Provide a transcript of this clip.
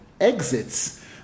exits